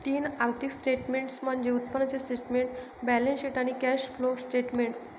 तीन आर्थिक स्टेटमेंट्स म्हणजे उत्पन्नाचे स्टेटमेंट, बॅलन्सशीट आणि कॅश फ्लो स्टेटमेंट